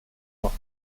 noch